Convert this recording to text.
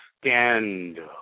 Scandal